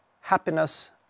happiness